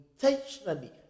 intentionally